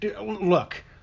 look